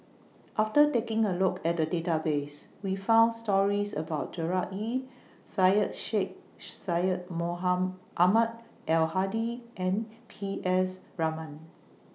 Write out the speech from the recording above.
after taking A Look At The Database We found stories about Gerard Ee Syed Sheikh Syed Ahmad Al Hadi and P S Raman